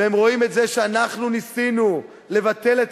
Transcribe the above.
והם רואים את זה שאנחנו ניסינו לבטל את